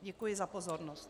Děkuji za pozornost.